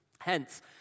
Hence